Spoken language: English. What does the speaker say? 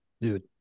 Dude